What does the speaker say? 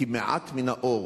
כי מעט מן האור